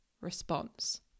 response